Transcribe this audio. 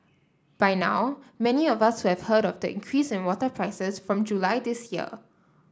by now many of us will have heard of the increase in water prices from July this year